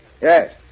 Yes